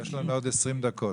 יש לנו עוד 20 דקות.